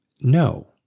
No